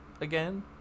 again